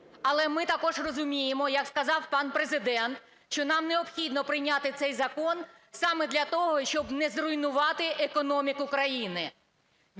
Але ми також розуміємо, як сказав пан Президент, що нам необхідно прийняти цей закон саме для того, щоб не зруйнувати економіку країни